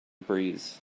breeze